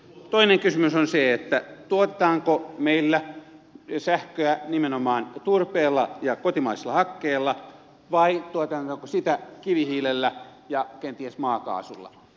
toinen kysymys on se tuotetaanko meillä sähköä nimenomaan turpeella ja kotimaisella hankkeella vai tuotetaanko sitä kivihiilellä ja kenties maakaasulla